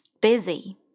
busy